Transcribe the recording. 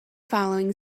following